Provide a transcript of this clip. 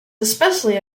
especially